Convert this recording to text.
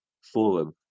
forum